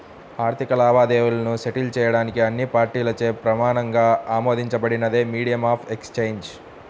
ఆర్థిక లావాదేవీలను సెటిల్ చేయడానికి అన్ని పార్టీలచే ప్రమాణంగా ఆమోదించబడినదే మీడియం ఆఫ్ ఎక్సేంజ్